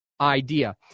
idea